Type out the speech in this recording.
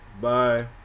Bye